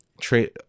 trade